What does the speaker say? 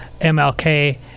MLK